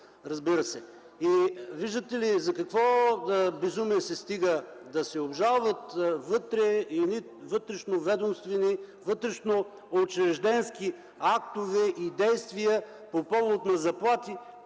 Виждате ли до какво безумие се стига – да се обжалват вътрешноведомствени, вътрешноучрежденски актове и действия по повод на заплати